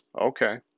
Okay